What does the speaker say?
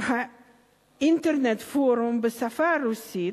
אינטרנט פורום בשפה הרוסית,